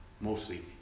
Mostly